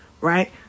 right